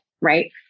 right